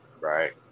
Right